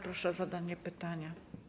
Proszę o zadanie pytania.